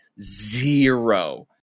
zero